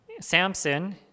Samson